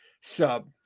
sub